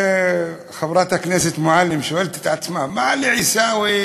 חברת הכנסת מועלם שואלת את עצמה: מה לעיסאווי,